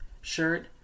shirt